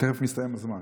תכף מסתיים הזמן.